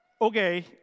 okay